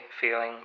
feeling